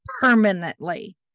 Permanently